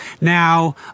Now